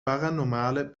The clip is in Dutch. paranormale